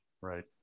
Right